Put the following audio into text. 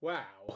Wow